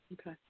Okay